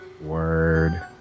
Word